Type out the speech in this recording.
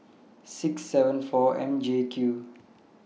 six N four M J Q